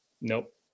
Nope